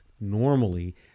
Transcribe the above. normally